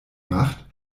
macht